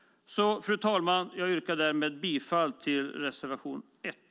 Fru talman! Jag yrkar därmed bifall till reservation 1.